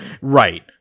Right